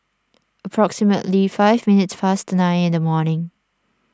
approximately five minutes past nine in the morning